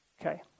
Okay